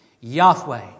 Yahweh